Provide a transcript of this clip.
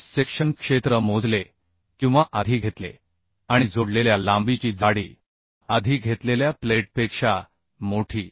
cross section क्षेत्र मोजले किंवा आधी घेतले आणि जोडलेल्या लांबीची जाडी आधी घेतलेल्या प्लेटपेक्षा मोठी